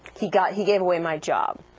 he got he gave away my job